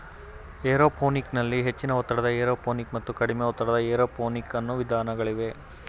aeroponic ನಲ್ಲಿ ಹೆಚ್ಚಿನ ಒತ್ತಡದ ಏರೋಪೋನಿಕ್ ಮತ್ತು ಕಡಿಮೆ ಒತ್ತಡದ ಏರೋಪೋನಿಕ್ ಅನ್ನೂ ವಿಧಾನಗಳಿವೆ